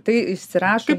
tai įsirašo į